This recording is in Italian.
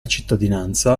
cittadinanza